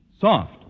soft